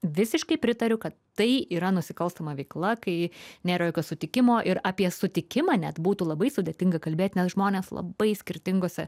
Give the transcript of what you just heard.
visiškai pritariu kad tai yra nusikalstama veikla kai nėra jokio sutikimo ir apie sutikimą net būtų labai sudėtinga kalbėt nes žmonės labai skirtingose